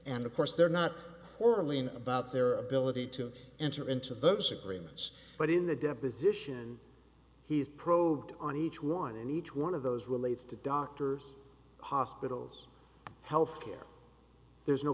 and of course they're not orally in about their ability to enter into those agreements but in the deposition he's pro on each one and each one of those relates to doctor hospitals health care there's no